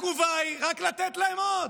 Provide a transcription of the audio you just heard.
התגובה היא רק לתת להם עוד.